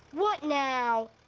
what now?